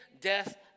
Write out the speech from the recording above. death